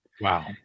Wow